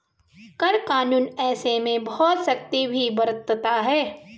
कर कानून ऐसे में बहुत सख्ती भी बरतता है